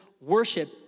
worship